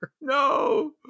No